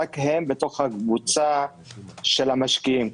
רק הם בתוך הקבוצה של המשקיעים.